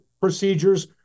procedures